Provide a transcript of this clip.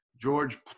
George